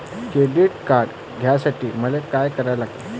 Credit card घ्यासाठी मले का करा लागन?